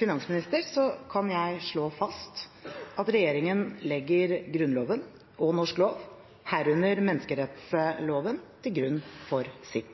finansminister kan jeg slå fast at regjeringen legger Grunnloven og norsk lov, herunder menneskerettsloven, til grunn for sitt